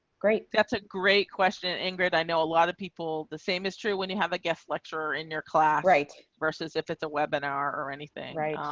great. that's a great question and grid. i know a lot of people. the same is true when you have a guest lecturer in your class right versus if it's a webinar or anything. right. um